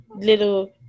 little